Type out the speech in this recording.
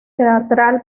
teatral